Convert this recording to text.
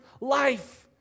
life